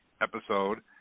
episode